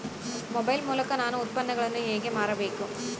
Mobile ಮೂಲಕ ನಾನು ಉತ್ಪನ್ನಗಳನ್ನು ಹೇಗೆ ಮಾರಬೇಕು?